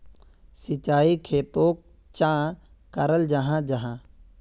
सिंचाई खेतोक चाँ कराल जाहा जाहा?